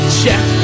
check